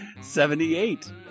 Seventy-eight